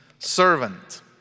Servant